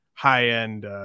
high-end